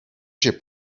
się